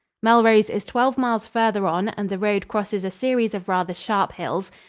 melrose is twelve miles farther on and the road crosses a series of rather sharp hills.